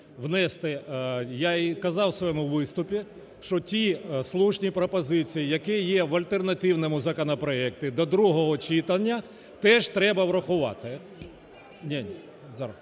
я і казав у своєму виступі, що ті слушні пропозиції, які є в альтернативному законопроекті, до другого читання теж треба врахувати. (Шум у залі)